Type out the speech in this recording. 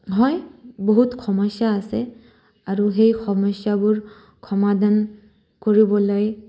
হয় বহুত সমস্যা আছে আৰু সেই সমস্যাবোৰ সমাধান কৰিবলৈ